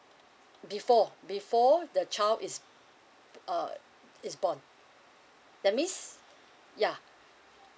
before before the child is uh is born that means yeah